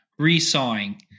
resawing